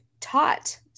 taught